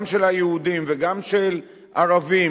גם של היהודים וגם של ערבים,